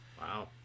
Wow